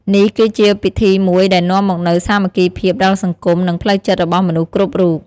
នេះគឺជាពិធីមួយដែលនាំមកនូវសាមគ្គីភាពដល់សង្គម និងផ្លូវចិត្តរបស់មនុស្សគ្រប់រូប។